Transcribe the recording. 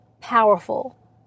powerful